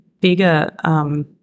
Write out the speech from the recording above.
bigger –